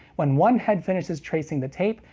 when one head finishes tracing the tape,